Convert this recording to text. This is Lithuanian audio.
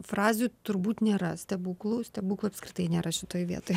frazių turbūt nėra stebuklų stebuklų apskritai nėra šitoj vietoj